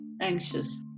anxious